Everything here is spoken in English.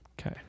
Okay